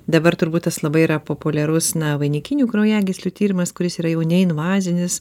dabar turbūt labai yra populiarus na vainikinių kraujagyslių tyrimas kuris yra jau neinvazinis